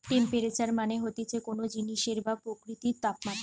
temperature মানে হতিছে কোন জিনিসের বা প্রকৃতির তাপমাত্রা